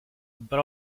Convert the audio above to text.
but